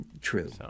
True